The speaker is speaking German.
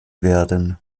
werden